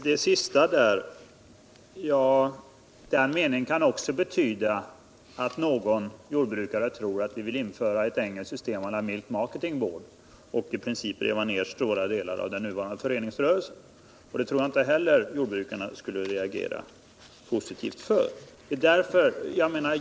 Herr talman! Den meningen kan också göra att någon jordbrukare tror att vi vill införa det engelska systemet, Milk Marketing Board, och i princip riva ner stora delar av den nuvarande föreningsrörelsen, och mot det tror jag inte heller att jordbrukarna skulle reagera positivt.